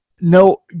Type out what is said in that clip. no